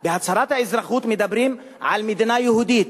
בהצהרת האזרחות מדברים על מדינה יהודית.